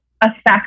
affect